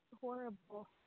horrible